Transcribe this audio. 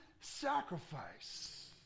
sacrifice